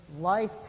life